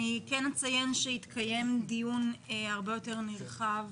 אני כן אציין שיתקיים דיון הרבה יותר נרחב